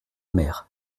mère